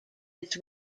its